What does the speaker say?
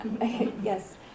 yes